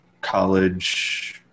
College